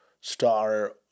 star